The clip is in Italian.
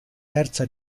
terza